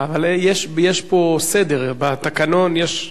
שמע, יש פה סדר, בתקנון יש,